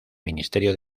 ministerio